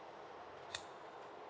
oh